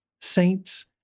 saints